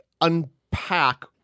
unpack